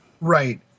Right